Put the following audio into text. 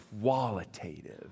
qualitative